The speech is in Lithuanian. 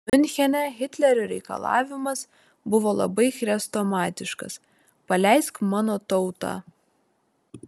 miunchene hitlerio reikalavimas buvo labai chrestomatiškas paleisk mano tautą